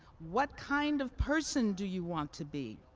what kind of person do you want to be?